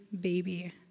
baby